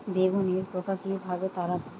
বেগুনের পোকা কিভাবে তাড়াব?